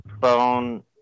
phone